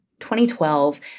2012